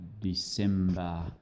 December